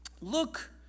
look